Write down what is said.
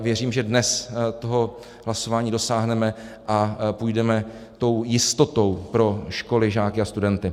Věřím, že dnes toho hlasování dosáhneme a půjdeme tou jistotou pro školy, žáky a studenty.